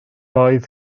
oedd